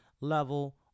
level